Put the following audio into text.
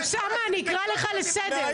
אוסאמה, אני אקרא אותך לסדר,